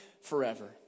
Forever